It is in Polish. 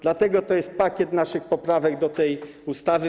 Dlatego to jest pakiet naszych poprawek do tej ustawy.